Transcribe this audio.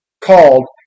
called